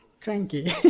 cranky